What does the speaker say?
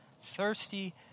thirsty